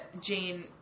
...Jane